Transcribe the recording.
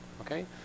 Okay